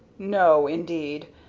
no, indeed.